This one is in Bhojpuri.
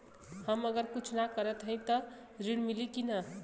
हम अगर कुछ न करत हई त ऋण मिली कि ना?